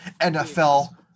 NFL